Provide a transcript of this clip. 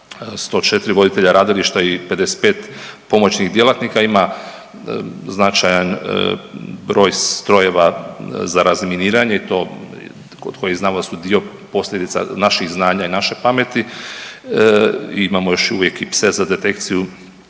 104 voditelja radilišta i 55 pomoćnih djelatnika. Ima značajan broj strojeva za razminiranje i to kod kojih znamo da su dio posljedica naših znanja i naše pameti. Imamo još uvijek i pse za detekciju,